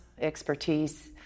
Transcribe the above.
expertise